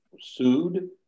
sued